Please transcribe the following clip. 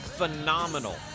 phenomenal